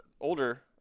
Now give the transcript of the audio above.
older